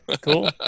Cool